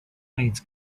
needs